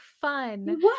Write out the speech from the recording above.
fun